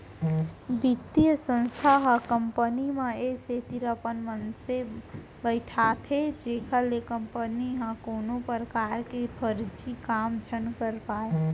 बित्तीय संस्था ह कंपनी म ए सेती अपन मनसे बइठाथे जेखर ले कंपनी ह कोनो परकार के फरजी काम झन कर पाय